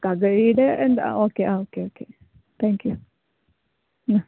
തകഴിയുടെ എന്ത് ആ ഓക്കെ ആ ഓക്കെ ഓക്കെ താങ്ക് യു ആ